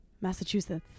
Massachusetts